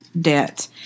debt